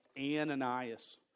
Ananias